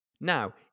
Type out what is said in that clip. Now